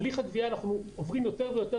בהליך הגבייה אנחנו עוברים יותר ויותר